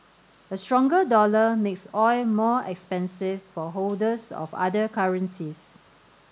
a stronger dollar makes oil more expensive for holders of other currencies